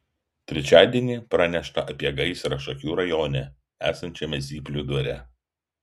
trečiadienį pranešta apie gaisrą šakių rajone esančiame zyplių dvare